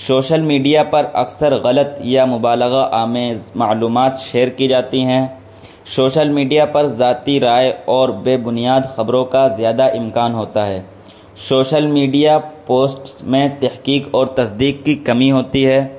social media پر اکثر غلط یا مبالغہ آمیز معلومات شیئر کی جاتی ہیں شوشل میڈیا پر ذاتی رائے اور بے بنیاد خبروں کا زیادہ امکان ہوتا ہے شوشل میڈیا پوسٹس میں تحقیق اور تصدیق کی کمی ہوتی ہے